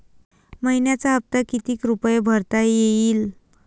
मइन्याचा हप्ता कितीक रुपये भरता येईल?